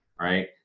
right